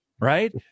right